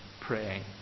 praying